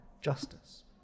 justice